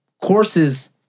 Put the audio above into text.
courses